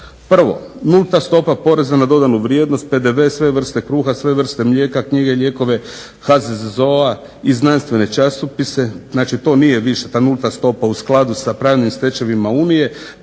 "Prvo, nulta stopa poreza na dodanu vrijednost, PDV, sve vrste kruha, sve vrste mlijeka, knjige, lijekove HZZO-a i znanstvene časopise znači to nije više ta nulta stopa u skladu sa pravnim stečevinama Unije